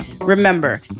remember